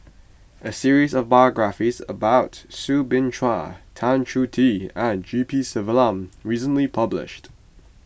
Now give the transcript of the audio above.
a series of biographies about Soo Bin Chua Tan Choh Tee and G P Selvam recently published